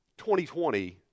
2020